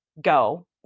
go